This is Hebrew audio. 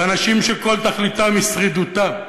באנשים שכל תכליתם היא שרידותם.